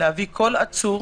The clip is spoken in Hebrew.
להביא כל עצור